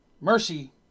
Mercy